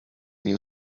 new